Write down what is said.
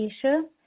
issue